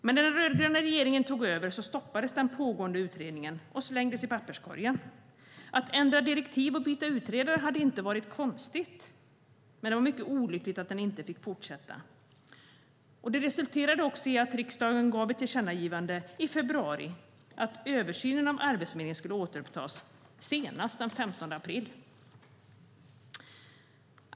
Men när den rödgröna regeringen tog över stoppades den pågående utredningen och slängdes i papperskorgen. Att ändra direktiv och byta utredare hade inte varit konstigt, men det var mycket olyckligt att den inte fick fortsätta. Det resulterade också i att riksdagen gjorde ett tillkännagivande till regeringen i februari om att översynen av Arbetsförmedlingen skulle återupptas senast den 15 april.